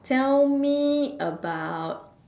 tell me about